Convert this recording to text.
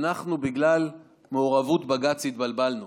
בגלל מעורבות בג"ץ, התבלבלנו.